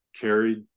carried